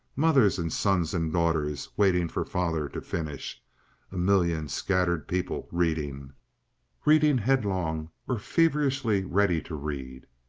mothers and sons and daughters waiting for father to finish a million scattered people reading reading headlong or feverishly ready to read.